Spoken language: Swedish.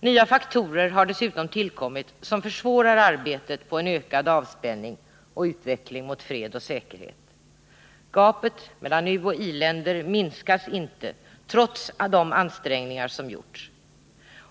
Nya faktorer har dessutom tillkommit som försvårar arbetet på en ökad avspänning och utveckling mot fred och säkerhet. Gapet mellan uoch i-länder minskas inte, trots de ansträngningar som gjorts.